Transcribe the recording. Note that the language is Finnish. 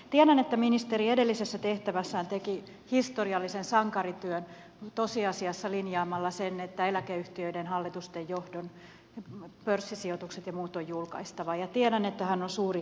tiedän että ministeri edellisessä tehtävässään teki historiallisen sankarityön tosiasiassa linjaamalla sen että eläkeyhtiöiden hallitusten johdon pörssisijoitukset ja muut on julkaistava ja tiedän että hän on suuri avoimuuden ystävä